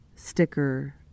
sticker